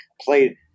played